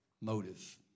motive